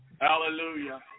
Hallelujah